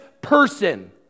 person